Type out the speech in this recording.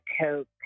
Coke